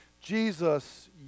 Jesus